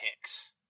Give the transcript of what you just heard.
picks